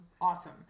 awesome